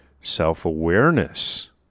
self-awareness